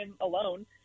alone